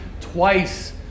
twice